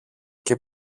και